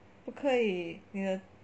不可以你的